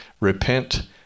Repent